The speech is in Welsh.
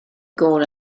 gôl